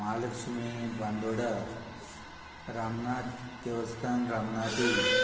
महालक्ष्मी बांदोडा रामनाथ देवस्थान रामनाती